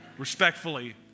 respectfully